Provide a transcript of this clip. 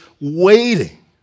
waiting